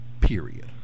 period